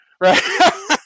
Right